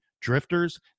drifters